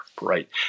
right